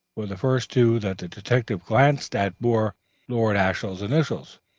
for the first two that the detective glanced at bore lord ashiel's initial,